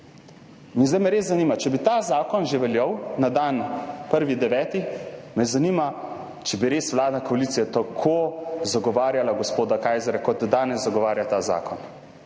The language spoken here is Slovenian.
In zdaj me res zanima, če bi ta zakon že veljal na dan 1. 9., ali bi vladna koalicija res tako zagovarjala gospoda Kajzerja, kot danes zagovarja ta zakon.